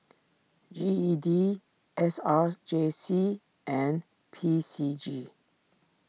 G E D S R J C and P C G